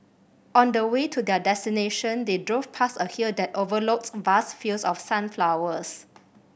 on the way to their destination they drove past a hill that overlooked vast fields of sunflowers